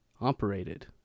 operated